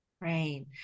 Right